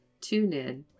TuneIn